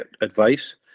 advice